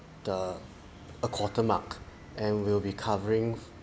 the a quarter mark and will be covering